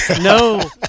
no